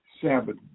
Sabbath